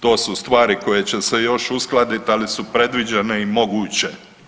To su stvari koje će se još uskladit, ali su predviđene i moguće.